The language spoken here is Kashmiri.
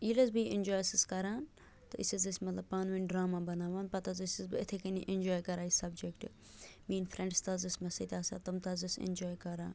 ییٚلہِ حظ بہٕ یہِ اینٛجاے چھَس کَران تہٕ أسۍ حظ أسۍ مطلب پانہٕ وٕنۍ ڈرٛاما بناوان پتہٕ حظ ٲسٕس بہٕ یِتھَے کٔنۍ یہِ اینٛجاے کَران یہِ سبجکٹہٕ میٛٲنۍ فرینٛڈٕس تہِ حظ ٲسۍ مےٚ سۭتۍ آسان تِم تہِ حظ ٲسۍ اینٛجاے کَران